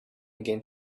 again